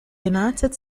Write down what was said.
united